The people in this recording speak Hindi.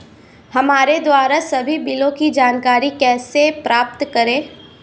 हमारे द्वारा सभी बिलों की जानकारी कैसे प्राप्त करें?